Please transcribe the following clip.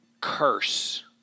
curse